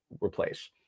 replace